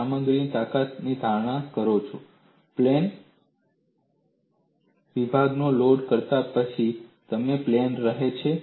તમે સામગ્રીની તાકાતમાં ધારણા કરો છો પ્લેન વિભાગ લોડ કરતા પહેલા અને પછી પ્લેન રહે છે